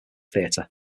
theatre